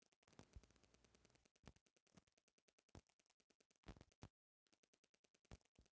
अउरु एकरा के दू हज़ार बाईस तक ले देइयो देवे के होखी